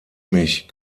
mich